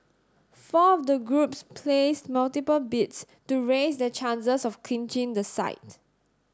four of the groups placed multiple bids to raise their chances of clinching the site